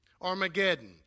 Armageddon